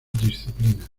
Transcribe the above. disciplinas